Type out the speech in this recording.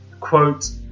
quote